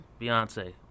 Beyonce